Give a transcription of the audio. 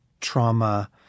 trauma